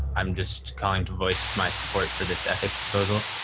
i'm just calling to voice my support for this ethics proposal.